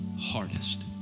hardest